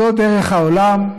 זו דרך העולם.